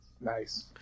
Nice